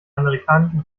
amerikanischen